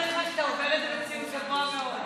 אני כבר אומרת לך שאתה עובר אצלי בציון גבוה מאוד.